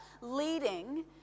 leading